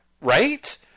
right